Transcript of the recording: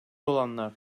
olanlar